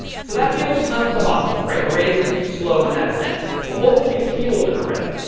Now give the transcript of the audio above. so that feels kind of suboptimal, right? arrays can be slow in that sense. but what was the appeal of an array?